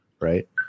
right